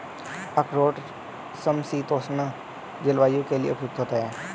अखरोट समशीतोष्ण जलवायु के लिए उपयुक्त होता है